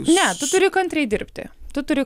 ne tu turi kantriai dirbti tu turi